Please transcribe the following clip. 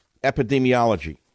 epidemiology